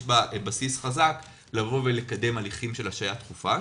יש בה בסיס חזק לקדם הליכים של השעיה דחופה,